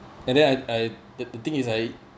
and then I I the thing is I